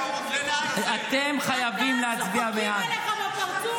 צוחקים עליך בפרצוף,